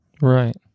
right